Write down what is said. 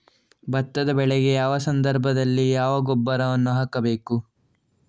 ಭತ್ತದ ಬೆಳೆಗೆ ಯಾವ ಸಂದರ್ಭದಲ್ಲಿ ಯಾವ ಗೊಬ್ಬರವನ್ನು ಹಾಕಬೇಕು?